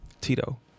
tito